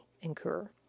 incur